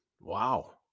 wow